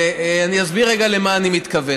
ואני אסביר רגע למה אני מתכוון.